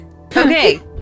Okay